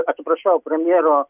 atsiprašau premjero